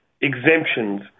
exemptions